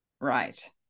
right